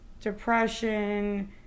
depression